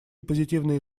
позитивные